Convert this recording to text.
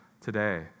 today